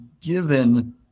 given